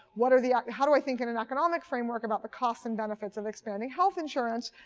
what are the how do i think in an economic framework about the costs and benefits of expanding health insurance?